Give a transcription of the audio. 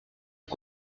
est